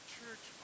church